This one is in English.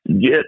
get